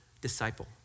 disciple